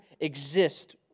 exist